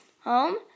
home